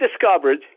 discovered